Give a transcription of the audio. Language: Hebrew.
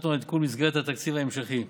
החלטנו על עדכון מסגרת התקציב הממשלתית.